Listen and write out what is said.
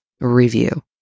review